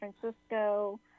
Francisco